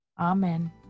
amen